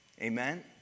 Amen